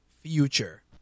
future